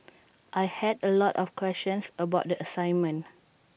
I had A lot of questions about the assignment